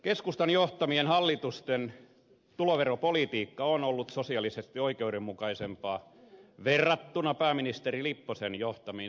keskustan johtamien hallitusten tuloveropolitiikka on ollut sosiaalisesti oikeudenmukaisempaa verrattuna pääministeri lipposen johtamiin sinipunahallituksiin